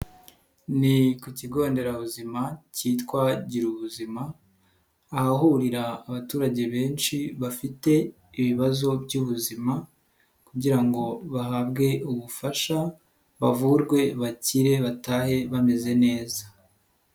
Ni ku kigonderabuzima cyitwa Girubuzima, ahahurira abaturage benshi bafite ibibazo by'ubuzima kugira ngo bahabwe ubufasha, bavurwe, bakire, batahe bameze neza.